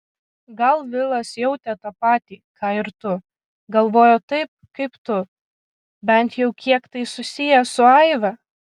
gal vilas jautė tą patį ką ir tu galvojo taip kaip tu bent jau kiek tai susiję su aive